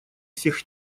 всех